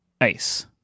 ace